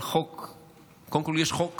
אבל קודם כול יש חוק